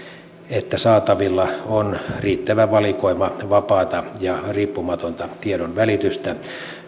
että saatavilla on riittävä valikoima vapaata ja riippumatonta tiedonvälitystä